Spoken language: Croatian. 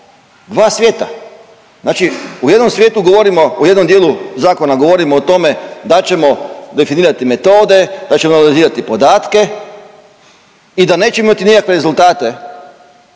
dva svijeta, znači u jednom svijetu govorimo u jednom dijelu zakona govorimo o tome da ćemo definirati metode, da ćemo analizirati podatke i da nećemo imati nekakve rezultate